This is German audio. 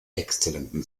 exzellentem